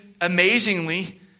amazingly